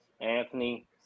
Anthony